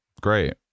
Great